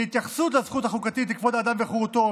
בהתייחסות לזכות החוקתית לכבוד האדם וחירותו,